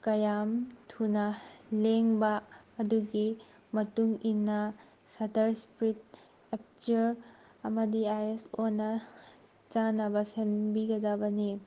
ꯀꯌꯥꯝ ꯊꯨꯅ ꯂꯦꯡꯕ ꯑꯗꯨꯒꯤ ꯃꯇꯨꯡ ꯏꯟꯅ ꯁꯠꯇꯔ ꯁ꯭ꯄ꯭ꯔꯤꯗ ꯑꯦꯞꯆꯔ ꯑꯃꯗꯤ ꯑꯥꯏ ꯑꯦꯁ ꯑꯣꯅ ꯆꯥꯟꯅꯕ ꯁꯦꯝꯕꯤꯒꯗꯕꯅꯤ